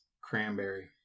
cranberry